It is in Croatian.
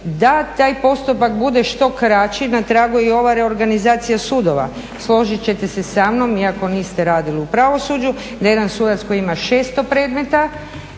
Da taj postupak bude što kraći na tragu je i ova reorganizacija sudova. Složit ćete se sa mnom iako niste radili u pravosuđu da jedan sudac koji ima 600 predmeta